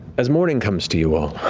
as morning comes to you all.